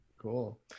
cool